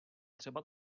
třeba